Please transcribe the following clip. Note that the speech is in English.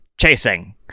chasing